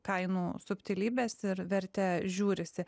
kainų subtilybes ir vertę žiūrisi